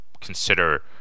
consider